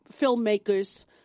filmmakers